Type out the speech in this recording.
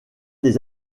des